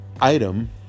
item